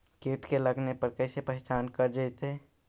कीट के लगने पर कैसे पहचान कर जयतय?